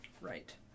Right